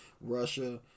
Russia